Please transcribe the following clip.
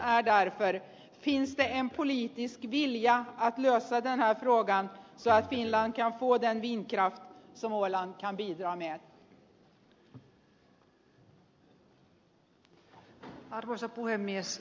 genom en kabel till riket skulle energin komma in i det finska nätet och vara till nationell nytta